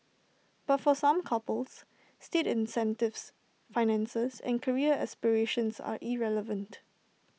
but for some couples state incentives finances and career aspirations are irrelevant